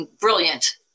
Brilliant